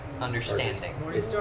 understanding